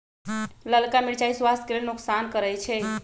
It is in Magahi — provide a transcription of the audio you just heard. ललका मिरचाइ स्वास्थ्य के नोकसान करै छइ